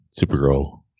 supergirl